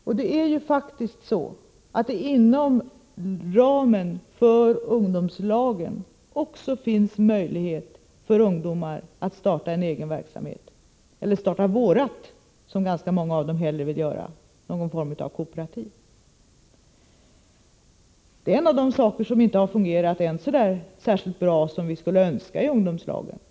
Och det är faktiskt så, att det inom ramen för ungdomslagen också finns möjlighet för ungdomar att starta en egen verksamhet — eller starta ”vårt” som ganska många av dem hellre vill göra, någon form av kooperativ. Det är en av de saker som ännu inte har fungerat så bra som vi skulle önska i ungdomslagen.